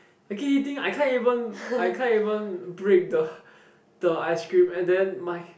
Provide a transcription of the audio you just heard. I keep eating I can't even I can't even break the the ice cream and then my